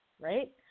right